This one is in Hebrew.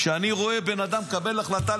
כשאני רואה בן אדם שמקבל החלטה,